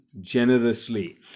generously